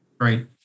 Right